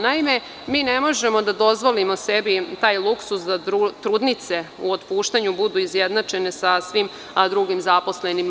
Naime, mi ne možemo da dozvolimo sebi taj luksuz da trudnice u otpuštanju budu izjednačene sa svim drugim zaposlenim.